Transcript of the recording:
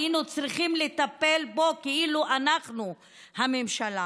היינו צריכים לטפל בו כאילו אנחנו הממשלה.